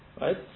right